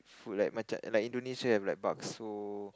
food like machan like Indonesia have like bakso